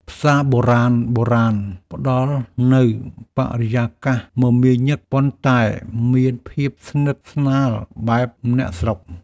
ផ្សារបុរាណៗផ្តល់នូវបរិយាកាសមមាញឹក ប៉ុន្តែមានភាពស្និទ្ធស្នាលបែបអ្នកស្រុក។